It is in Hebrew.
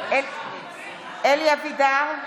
אלי אבידר,